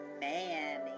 Man